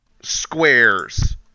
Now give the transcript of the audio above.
squares